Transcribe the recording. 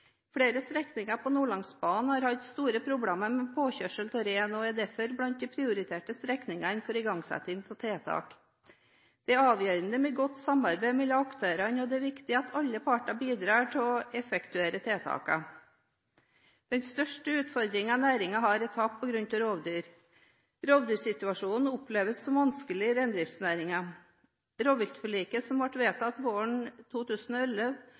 Flere strekninger på Nordlandsbanen har hatt store problemer med påkjørsel av rein og er derfor blant de prioriterte strekningene for igangsetting av tiltak. Det er avgjørende med godt samarbeid mellom aktørene, og det er viktig at alle parter bidrar til å effektuere tiltakene. Den største utfordringen næringen har, er tap på grunn av rovdyr. Rovdyrsituasjonen oppleves som vanskelig i reindriftsnæringen. Rovviltforliket som ble vedtatt våren 2011,